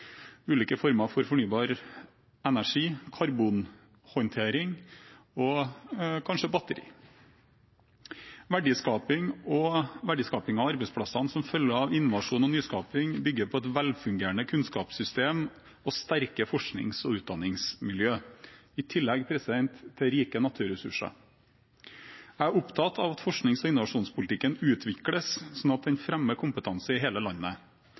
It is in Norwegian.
ulike former for fornybar energi, karbonhåndtering og kanskje batterier. Verdiskapingen og arbeidsplassene som følger av innovasjon og nyskaping, bygger på et velfungerende kunnskapssystem og sterke forsknings- og utdanningsmiljøer, i tillegg til rike naturressurser. Jeg er opptatt av at forsknings- og innovasjonspolitikken utvikles slik at den fremmer kompetanse i hele landet,